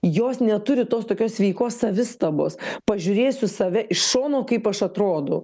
jos neturi tos tokios sveikos savistabos pažiūrėsiu save iš šono kaip aš atrodau